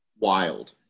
Wild